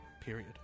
Period